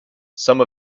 some